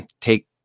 take